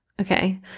Okay